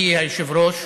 מכובדי היושב-ראש,